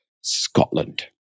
Scotland